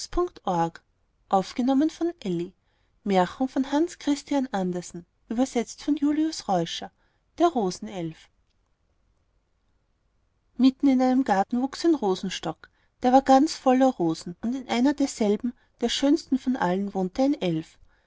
mitten in einem garten wuchs ein rosenstock der war ganz voller rosen und in einer derselben der schönsten von allen wohnte ein elf